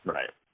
Right